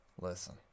Listen